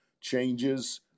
changes